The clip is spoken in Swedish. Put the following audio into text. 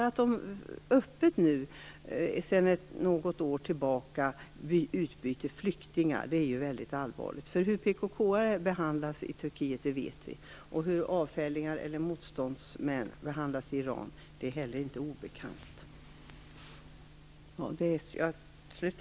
Att man sedan något år tillbaka öppet utbyter flyktingar är väldigt allvarligt. Vi vet ju hur PKK:are behandlas i Turkiet. Hur avfällingar eller motståndsmän behandlas i Iran är heller inte obekant.